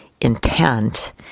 intent